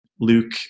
Luke